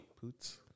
Poots